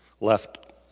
left